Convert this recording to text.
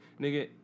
nigga